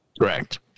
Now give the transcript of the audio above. Correct